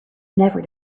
never